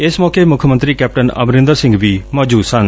ਇਸ ਮੌਕੇ ਮੁੱਖ ਮੰਤਰੀ ਕੈਪਟਨ ਅਮਰੰਦਰ ਸਿੰਘ ਵੀ ਮੌਜੁਦ ਸਨ